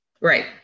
Right